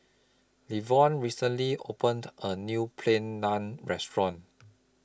Levon recently opened A New Plain Naan Restaurant